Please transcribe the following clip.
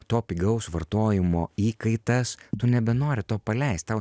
to pigaus vartojimo įkaitas tu nebenori to paleist tau